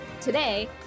Today